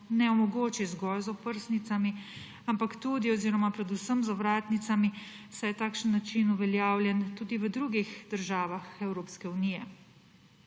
ne omogoči zgolj z oprsnicami, ampak tudi oziroma predvsem z ovratnicami, saj je takšen način uveljavljen tudi v drugih državah Evropske unije.